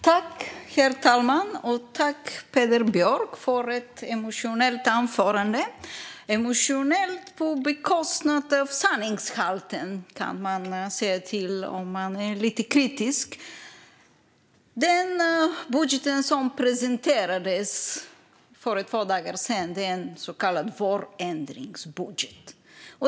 Herr talman! Jag tackar Peder Björk för ett emotionellt anförande - emotionellt på bekostnad av sanningshalten, kan man säga om man är lite kritisk. Den budget som presenterades för ett par dagar sedan är en så kallad vårändringsbudget.